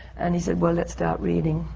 and he said, well, let's start reading.